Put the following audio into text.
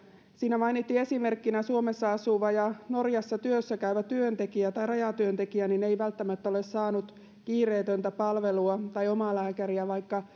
siinä mainittiin esimerkkinä että suomessa asuva ja norjassa työssä käyvä rajatyöntekijä ei välttämättä ole saanut kiireetöntä palvelua tai omalääkäriä vaikka